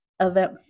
Event